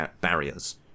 barriers